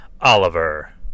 Oliver